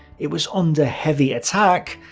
it was under heavy attack,